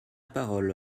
parole